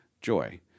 joy